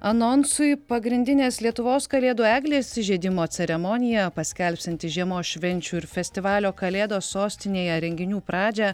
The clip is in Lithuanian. anonsui pagrindinės lietuvos kalėdų eglės įžiebimo ceremoniją paskelbsianti žiemos švenčių ir festivalio kalėdos sostinėje renginių pradžią